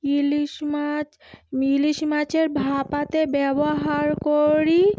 ইলিশ মাছ ইলিশ মাছের ভাপাতে ব্যবহার করি